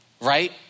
right